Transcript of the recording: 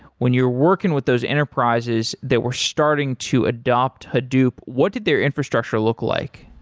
when you're working with those enterprises that were starting to adopt hadoop, what did their infrastructure look like?